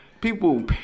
People